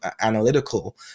analytical